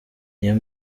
niyo